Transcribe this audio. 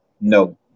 no